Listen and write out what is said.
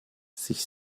sich